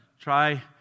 try